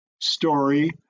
story